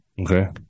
Okay